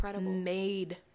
made